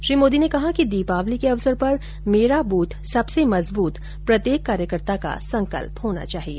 श्री मोदी ने कहा कि दीपावली के अवसर पर मेरा बूथ सबसे मजबूत प्रत्येक कार्यकर्ता का संकल्प होना चाहिए